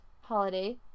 holiday